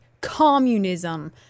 communism